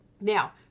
Now